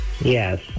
Yes